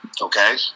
Okay